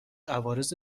عوارض